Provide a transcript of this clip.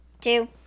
two